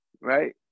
Right